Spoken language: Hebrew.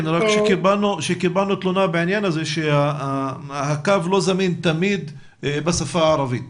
קיבלנו תלונה בעניין הזה לפיה הקו לא תמיד זמין בשפה הערבית.